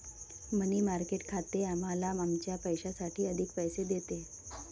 मनी market खाते आम्हाला आमच्या पैशासाठी अधिक पैसे देते